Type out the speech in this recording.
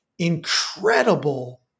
incredible